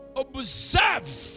observe